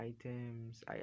items